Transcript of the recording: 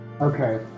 Okay